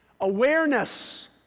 Awareness